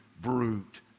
brute